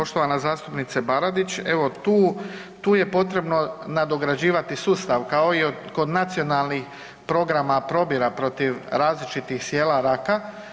Poštovana zastupnice Baradić, evo tu, tu je potrebno nadograđivati sustav kao i kod nacionalnih programa probira protiv različitih sijela raka.